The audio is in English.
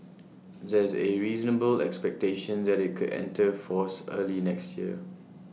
there's A reasonable expectation that IT could enter force early next year